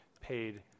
paid